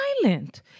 silent